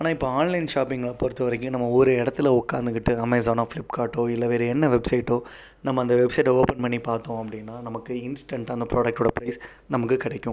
ஆனால் இப்போது ஆன்லைன் ஷாப்பிங்கை பொறுத்தவரைக்கும் நம்ம ஒரு இடத்துல உட்காந்துகிட்டு அமேசானோ ஃப்ளிப்கார்ட்டோ இல்லை வேறே என்ன வெப்சைட்டோ நம்ம அந்த வெப்சைட்டை ஓப்பன் பண்ணி பார்த்தோம் அப்படினா நமக்கு இன்ஸ்டன்ட்டாக அந்த ப்ராடெக்ட்டோடய பிரைஸ் நமக்கு கிடைக்கும்